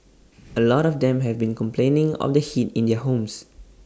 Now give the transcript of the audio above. A lot of them have been complaining of the heat in their homes